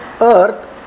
earth